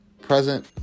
present